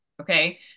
Okay